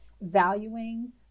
Valuing